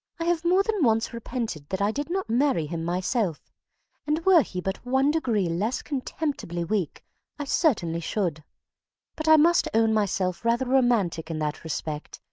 i have more than once repented that i did not marry him myself and were he but one degree less contemptibly weak i certainly should but i must own myself rather romantic in that respect,